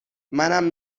منم